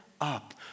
up